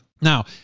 Now